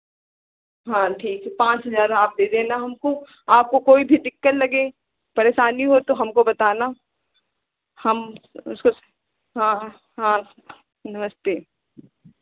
हाँ ठीक है पाँच हज़ार आप दे देना हमको आपको कोई दिक्कत लगे परेशानी हो तो हमको बताना हम उसको हाँ हाँ नमस्ते